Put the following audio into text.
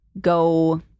go